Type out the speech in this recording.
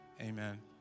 amen